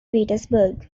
petersburg